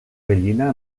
gallina